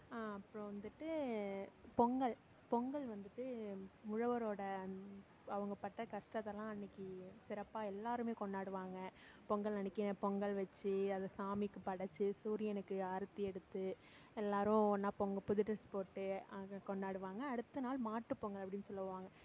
அப்றம் வந்துவிட்டு பொங்கல் பொங்கல் வந்துவிட்டு உழவரோட அந்த அவங்க பட்ட கஷ்டத்தைலாம் அன்னைக்கு சிறப்பாக எல்லோருமே கொண்டாடுவாங்க பொங்கல் அன்னைக்கி பொங்கல் வச்சு அது சாமிக்கு படைச்சி சூரியனுக்கு ஆரத்தி எடுத்து எல்லோரும் ஒன்னாக புது ட்ரெஸ் போட்டு அவங்க கொண்டாடுவாங்க அடுத்த நாள் மாட்டு பொங்கல் அப்படின்னு சொல்வாங்க